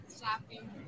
Shopping